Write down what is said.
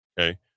okay